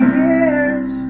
years